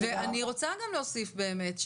אני רוצה גם להוסיף באמת,